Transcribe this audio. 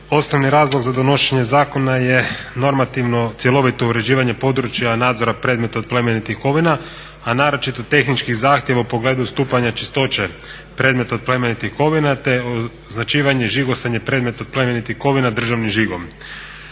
Osnovni razlog za donošenje zakona je normativno cjelovito uređivanje područja nadzora predmeta od plemenitih kovina, a naročito tehničkih zahtjeva u pogledu stupnja čistoće predmeta od plemenitih kovina te označivanje i žigosanje predmeta od plemenitih kovina državnim žigom.